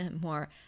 more